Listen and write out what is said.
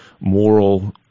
moral